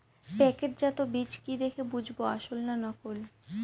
প্যাকেটজাত বীজ কি দেখে বুঝব আসল না নকল?